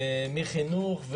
מחינוך,